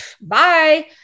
bye